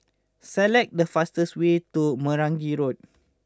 select the fastest way to Meragi Road